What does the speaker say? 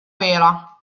vera